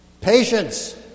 Patience